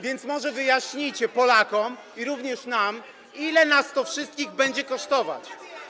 Więc może wyjaśnijcie Polakom i również nam, ile nas wszystkich to będzie kosztować.